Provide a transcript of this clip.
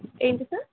ఏంటి సార్